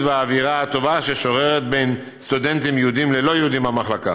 והאווירה הטובה ששוררת בין סטודנטים יהודים ללא יהודים במחלקה.